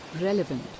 relevant